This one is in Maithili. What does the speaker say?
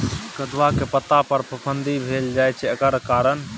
कदुआ के पता पर फफुंदी भेल जाय छै एकर कारण?